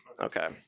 Okay